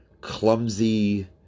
clumsy